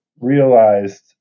realized